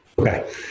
Okay